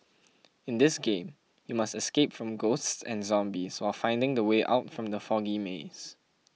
in this game you must escape from ghosts and zombies while finding the way out from the foggy maze